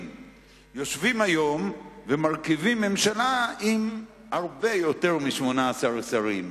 יושבים היום ומרכיבים ממשלה עם הרבה יותר מ-18 שרים.